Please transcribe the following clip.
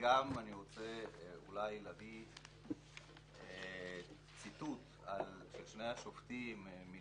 וגם אני רוצה אולי להביא ציטוט של שני השופטים על